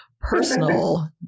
personal